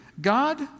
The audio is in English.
God